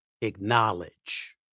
acknowledge